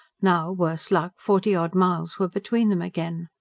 now, worse luck, forty odd miles were between them again.